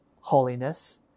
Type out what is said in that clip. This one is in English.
holiness